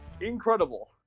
Incredible